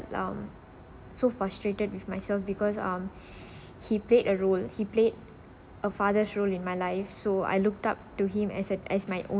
um so frustrated with myself because um he played a role he played a father's role in my life so I looked up to him as an as my own